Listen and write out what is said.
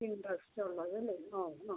ഇൻ്ററസ്റ്റുള്ളതല്ലേ ആ എന്നാൽ